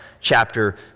chapter